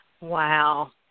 Wow